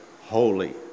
Holy